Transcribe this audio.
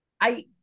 I-